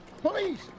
Police